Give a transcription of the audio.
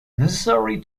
necessary